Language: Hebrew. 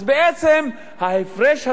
אז בעצם ההפרש הזה,